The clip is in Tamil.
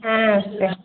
ஆ சார்